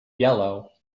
yellow